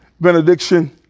benediction